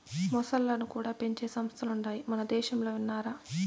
మొసల్లను కూడా పెంచే సంస్థలుండాయి మనదేశంలో విన్నారా